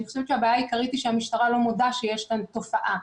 אני חושבת שהבעיה העיקרית היא שהמשטרה לא מודה שיש כאן תופעה.